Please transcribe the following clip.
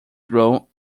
grow